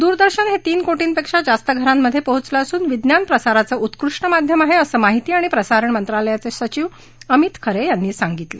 दूरदर्शन हे तीन कोटींपेक्षा जास्त घरांमध्ये पोचलं असून विज्ञानप्रसाराचं उत्कृष्ट माध्यम आहे असं माहिती आणि प्रसारण मंत्रालयाचे सचीव अमित खरे यांनी सांगीतलं